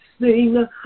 sing